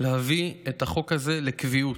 להביא את החוק הזה לקביעות.